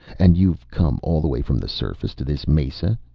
and you've come all the way from the surface to this mesa?